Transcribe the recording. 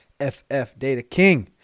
FFDataKing